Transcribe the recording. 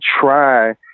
try